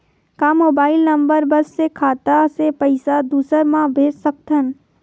का mobile number बस से खाता से पईसा दूसरा मा भेज सकथन?